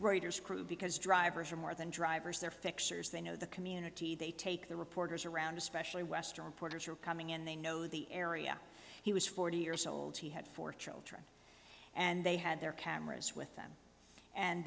reuters crew because drivers are more than drivers they're fixers they know the community they take the reporters around especially western reporters who are coming in they know the area he was forty years old he had four children and they had their cameras with them and